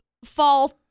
fall